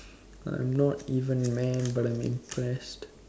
I'm not even mad but I'm impressed